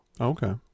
Okay